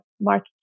Mark